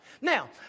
Now